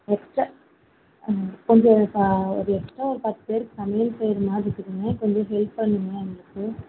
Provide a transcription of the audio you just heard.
extra கொஞ்சம் சா ஒரு எக்ஸ்ட்ரா ஒரு பத்துப் பேருக்கு சமையல் செய்கிற மாதிரி இருக்குதுங்க கொஞ்சம் ஹெல்ப் பண்ணுங்க எங்களுக்கு